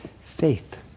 faith